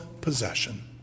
possession